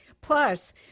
Plus